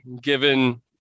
given